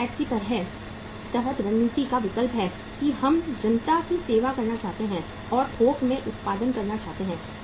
यह पैठ के तहत रणनीति का विकल्प है कि हम जनता की सेवा करना चाहते हैं और थोक में उत्पादन करना चाहते हैं